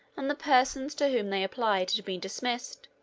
and the persons to whom they applied had been dismissed,